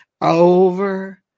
over